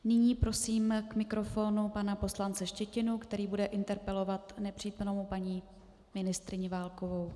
Nyní prosím k mikrofonu pana poslance Štětinu, který bude interpelovat nepřítomnou paní ministryni Válkovou.